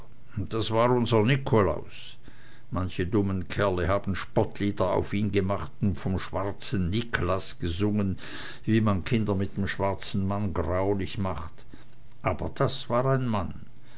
das war unser nikolaus manche dummen kerle haben spottlieder auf ihn gemacht und vom schwarzen niklas gesungen wie man kinder mit dem schwarzen mann graulich macht aber war das ein mann